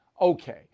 Okay